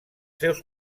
seus